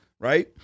right